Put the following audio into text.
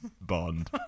Bond